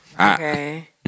Okay